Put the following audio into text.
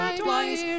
twice